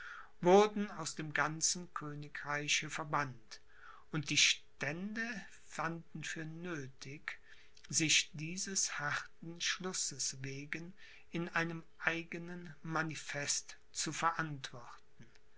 wurden aus dem ganzen königreiche verbannt und die stände fanden für nöthig sich dieses harten schlusses wegen in einem eigenen manifest zu verantworten